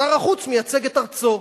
שר החוץ מייצג את ארצו,